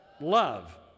love